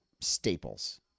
staples